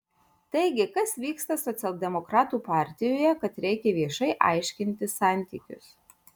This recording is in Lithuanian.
taigi kas vyksta socialdemokratų partijoje kad reikia viešai aiškintis santykius